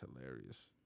hilarious